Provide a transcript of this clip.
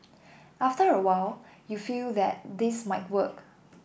after a while you feel that this might work